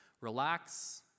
Relax